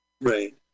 Right